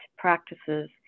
Practices